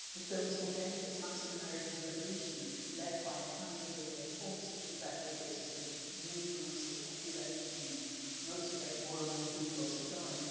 the film's audacious latin american revolution, led by a tiny guerilla force, which is then able to sort of move among the population and motivate more and more people to join,